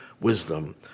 wisdom